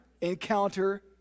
encounter